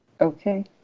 okay